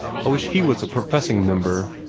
i wish he was a professing member.